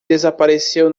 desapareceu